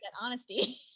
honesty